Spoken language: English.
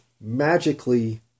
magically